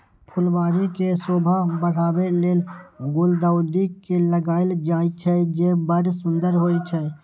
फुलबाड़ी के शोभा बढ़ाबै लेल गुलदाउदी के लगायल जाइ छै, जे बड़ सुंदर होइ छै